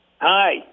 Hi